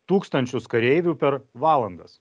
tūkstančius kareivių per valandas